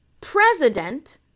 president